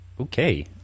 Okay